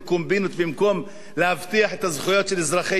במקום להבטיח את הזכויות של אזרחי ישראל